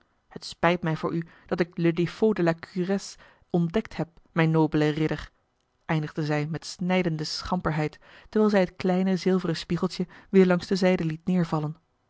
het spijt mij voor u dat ik le défaut de la cuirasse ontdekt heb mijn nobele ridder eindigde zij met snijdende schamperheid terwijl zij het kleine zilveren spiegeltje weêr langs de zijde liet neervallen